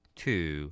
two